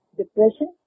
depression